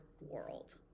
world